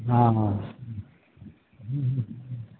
হ্যাঁ হ্যাঁ